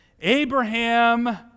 Abraham